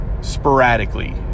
Sporadically